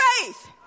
faith